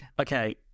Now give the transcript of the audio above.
okay